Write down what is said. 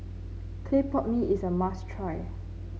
Clay Pot Mee is a must try